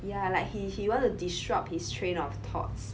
ya like he he want to disrupt his train of thoughts